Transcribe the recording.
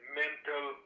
mental